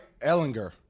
Ellinger